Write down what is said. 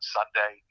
Sunday